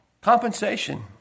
Compensation